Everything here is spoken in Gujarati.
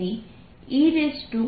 તો E